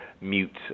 mute